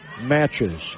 matches